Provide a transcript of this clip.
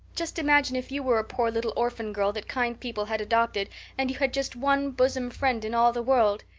just imagine if you were a poor little orphan girl that kind people had adopted and you had just one bosom friend in all the world.